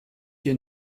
hier